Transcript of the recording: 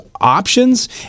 options